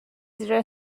زیر